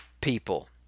people